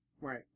Right